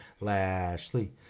Lashley